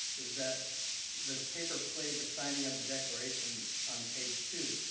is that the paper played the signing of the declaration on page two.